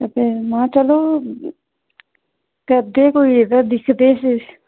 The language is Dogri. ते में चलो करदे कोई एह्दा दिखदे किश